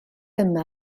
yma